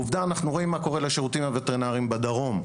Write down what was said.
עובדה שאנחנו רואים מה קורה לשירותים הווטרינרים בדרום.